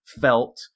felt